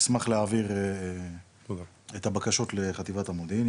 אשמח להעביר את הבקשות לחטיבת המודיעין.